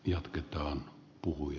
jatketta hän puhui